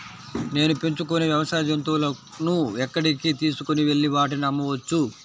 నేను పెంచుకొనే వ్యవసాయ జంతువులను ఎక్కడికి తీసుకొనివెళ్ళి వాటిని అమ్మవచ్చు?